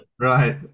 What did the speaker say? Right